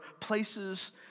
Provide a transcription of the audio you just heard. places